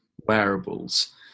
wearables